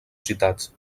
citats